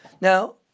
now